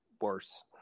Worse